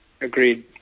Agreed